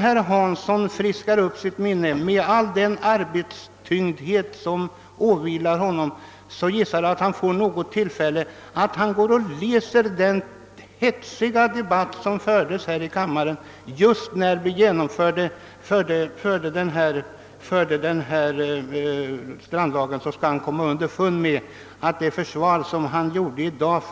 Herr Hansson i Skegrie kanske trots all den tyngd av arbete som åvilar honom får tid att friska upp sitt minne, och då rekommenderar jag honom att läsa protokollet från den hetsiga debatt som fördes här i kammaren just när strandlagen antogs. Han skall då komma underfund med att det försvar han i dag